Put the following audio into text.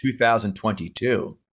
2022